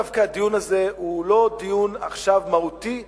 דווקא הדיון הזה הוא לא דיון מהותי עכשיו.